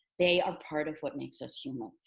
they are part of what makes us human.